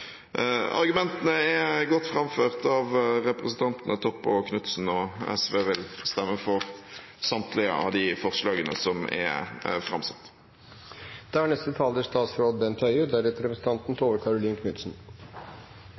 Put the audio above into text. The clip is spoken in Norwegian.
Argumentene er godt framført av representantene Toppe og Knutsen, og SV vil stemme for samtlige av de forslagene som er framsatt. Det er